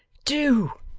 do,